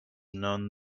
none